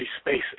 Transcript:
space